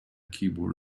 keyboard